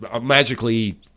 magically